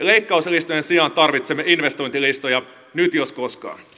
leikkauslistojen sijaan tarvitsemme investointilistoja nyt jos koskaan